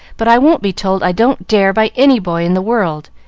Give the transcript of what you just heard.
but i won't be told i don't dare by any boy in the world.